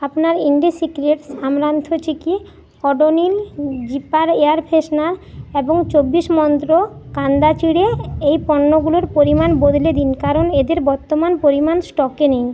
আপনার Indie Secrets amaranth chikki Odonil zipper air freshener এবং চব্বিশ মন্ত্র কান্দা চিঁড়ে এই পণ্যগুলোর পরিমাণ বদলে দিন কারণ এদের বর্তমান পরিমাণ স্টকে নেই